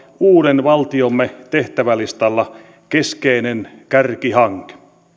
uuden valtiomme tehtävälistalla keskeinen